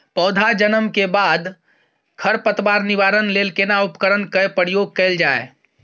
पौधा जन्म के बाद खर पतवार निवारण लेल केना उपकरण कय प्रयोग कैल जाय?